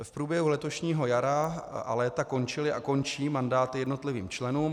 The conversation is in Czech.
V průběhu letošního jara a léta končily a končí mandáty jednotlivým členům.